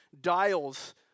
dials